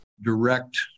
Direct